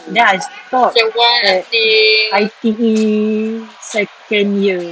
then I stopped at I_T_E second year